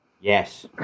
Yes